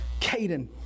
Caden